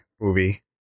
movie